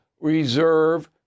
reserve